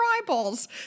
eyeballs